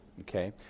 Okay